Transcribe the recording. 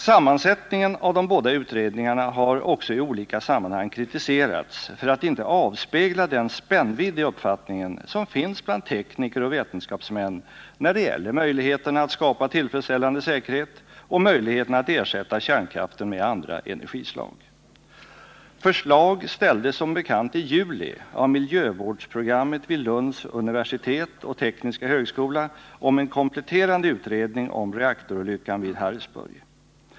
Sammansättningen av de båda utredningarna har också i olika sammanhang kritiserats för att inte avspegla den spännvidd i uppfattningen som finns bland tekniker och vetenskapsmän när det gäller möjligheterna att skapa tillfredsställande säkerhet och möjligheterna att ersätta kärnkraften med andra energislag. Förslag ställdes som bekant i juli av miljövårdsprogrammet vid Lunds universitet och tekniska högskola om en kompletterande utredning om reaktorolyckan vid Harrisburg.